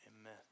Amen